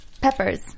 Pepper's